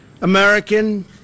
American